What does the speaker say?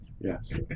Yes